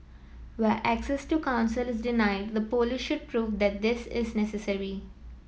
where access to counsel is denied the police should prove that this is necessary